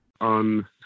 On